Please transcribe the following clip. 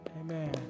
Amen